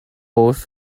post